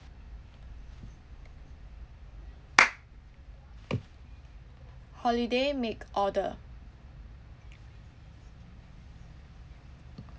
holiday make order